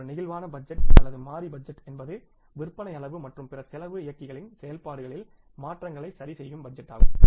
ஒரு flexible budget அல்லது மாறி பட்ஜெட் என்பது விற்பனை அளவு மற்றும் பிற செலவு இயக்கிகளின் செயல்பாடுகளில் மாற்றங்களை சரிசெய்யும் பட்ஜெட்டாகும்